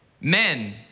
Men